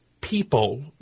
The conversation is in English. people